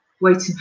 waiting